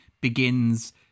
begins